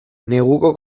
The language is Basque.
neguko